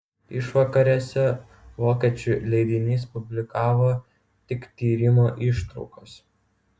išvakarėse vokiečių leidinys publikavo tik tyrimo ištraukas